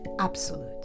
absolute